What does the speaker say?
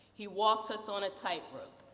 he walks us on a tightrope.